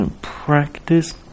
practice